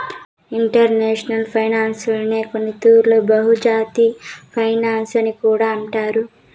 international ఫైనాన్సునే కొన్నితూర్లు బహుళజాతి ఫినన్సు అని కూడా అంటారు